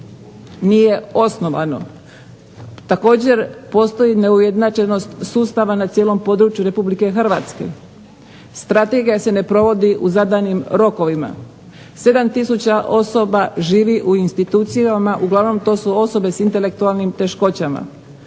nije osnovano. Također postoji neujednačenost sustava na cijelom području RH. Strategija se ne provodi u zadanim rokovima. 7 tisuća osoba živi u institucijama, uglavnom to su osobe s intelektualnim teškoćama.